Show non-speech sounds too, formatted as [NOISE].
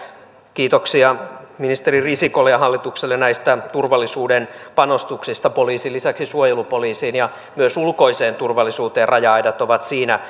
kiitoksia ministeri risikolle ja hallitukselle näistä panostuksista turvallisuuteen poliisin lisäksi myös suojelupoliisiin ja ulkoiseen turvallisuuteen raja aidat ovat siinä [UNINTELLIGIBLE]